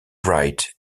wright